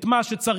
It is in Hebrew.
את מה שצריך,